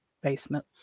basement